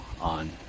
on –